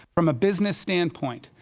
from a business standpoint,